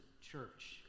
church